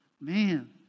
Man